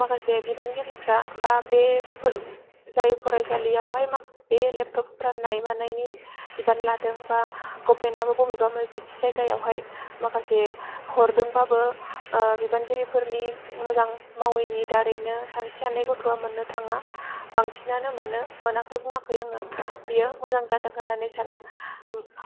माखासे बिबानगिरिफ्रा बा बेफोर जाय फरायसालियावहाय मा बे लेपटप रान्नाय मानायनि बिबान लादों बा गभमेन्ट आबो बबेबा बादि जायगायावहाय माखासे हरदोंबाबो बिबानगिरि फोरनि मोजां मावैनि दारैनो सासे सानै गथ'आ मोन्नो थाङा बांसिनानो मोनो मोनाखौ बुङाखै आङो बियो मोजां जादों होन्नानै सानो